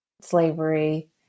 slavery